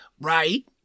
Right